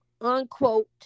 Unquote